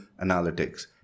Analytics